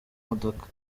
modoka